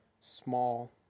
small